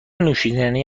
نوشیدنی